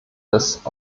des